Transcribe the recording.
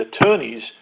attorneys